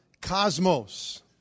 cosmos